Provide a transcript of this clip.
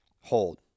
hold